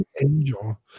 Angel